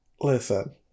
listen